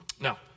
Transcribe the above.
Now